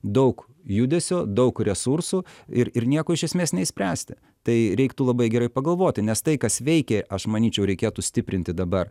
daug judesio daug resursų ir ir nieko iš esmės neišspręsti tai reiktų labai gerai pagalvoti nes tai kas veikė aš manyčiau reikėtų stiprinti dabar